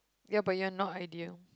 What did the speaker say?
ya but you're not ideal